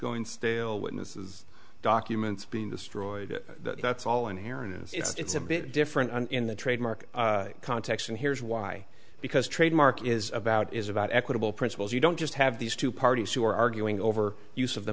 going stale witnesses documents being destroyed that's all in here and it's a bit different in the trademark context and here's why because trademark is about is about equitable principles you don't just have these two parties who are arguing over use of the